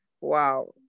wow